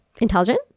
intelligent